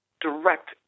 direct